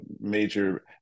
major